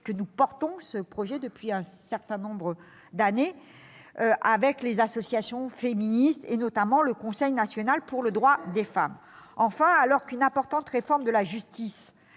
que nous soutenons depuis un certain nombre d'années avec les associations féministes, notamment le Conseil national pour le droit des femmes. Enfin, alors qu'une importante réforme de la justice